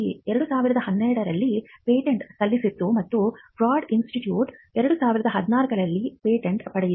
UCB 2012 ರಲ್ಲಿ patent ಸಲ್ಲಿಸಿತ್ತು ಮತ್ತು ಬ್ರಾಡ್ ಇನ್ಸ್ಟಿಟ್ಯೂಟ್ 2014 ರಲ್ಲಿ ಪೇಟೆಂಟ್ ಪಡೆಯಿತು